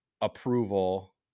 approval